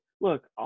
Look